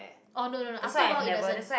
oh no no no after a while it doesn't